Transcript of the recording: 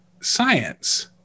science